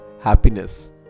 happiness